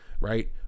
right